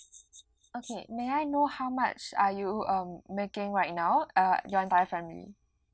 okay may I know how much are you um making right now uh your entire family